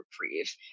reprieve